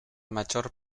major